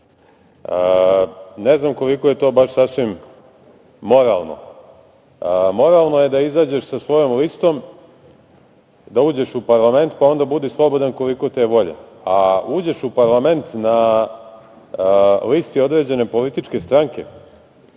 Ne znam koliko je to baš sasvim moralno. Moralno je da izađeš sa svojom listom, da uđeš u parlament, pa onda budi slobodan koliko te je volja, a uđeš u parlament na listi određene političke stranke